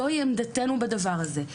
זוהי עמדתנו בדבר הזה.